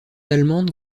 allemande